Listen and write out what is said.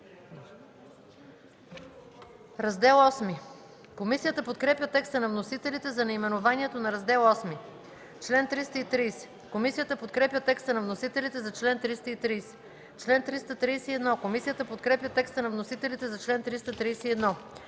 председател. Комисията подкрепя текста на вносителите за наименованието на Раздел ХІ. Комисията подкрепя текста на вносителите за чл. 391. Комисията подкрепя текста на вносителите за чл. 392.